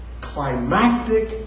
climactic